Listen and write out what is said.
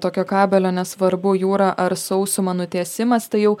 tokio kabelio nesvarbu jūra ar sausuma nutiesimas tai jau